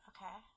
Okay